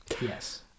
yes